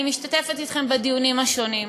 אני משתתפת אתכם בדיונים השונים.